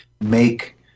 make